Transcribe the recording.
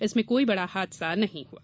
इसमें कोई बड़ा हादसा नहीं हुआ